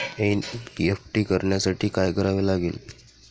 NEFT करण्यासाठी काय करावे लागते?